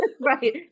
right